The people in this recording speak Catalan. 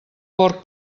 porc